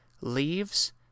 Leaves